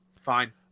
Fine